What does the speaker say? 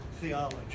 theology